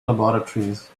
laboratories